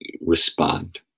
respond